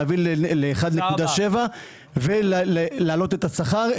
להביא ל-1.7 ולהעלות את השכר,